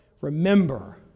remember